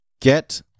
Get